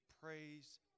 praise